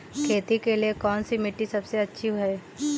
खेती के लिए कौन सी मिट्टी सबसे अच्छी है?